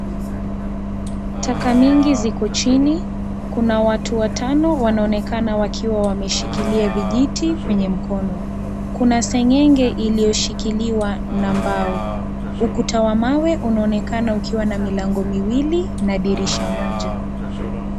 Taka mingi ziko chini, kuna watu watano wanaonekana wakiwa wameshikilia vijiti kwenye mikono. Kuna Seng'enge iliyoshikiliwa na mbao. Ukuta wa mawe unaonekana ukiwa na milango miwili na dirisha moja.